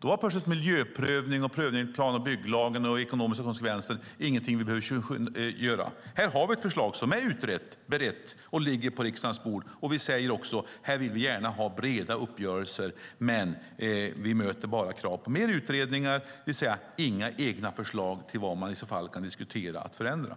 Då var plötsligt miljöprövning, prövning enligt plan och bygglagen och ekonomiska konsekvenser inget som vi behövde bekymra oss om. Här har vi ett förslag som är utrett och berett och ligger på riksdagens bord. Vi säger också att vi gärna vill ha breda uppgörelser här. Men vi möter bara krav på mer utredningar, det vill säga ni har inga egna förslag på vad man i så fall kan diskutera att förändra.